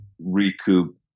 recoup